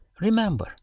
remember